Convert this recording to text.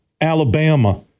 Alabama